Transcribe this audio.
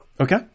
Okay